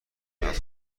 میاد